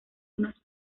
unos